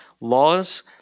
laws